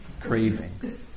Craving